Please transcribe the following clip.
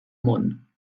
món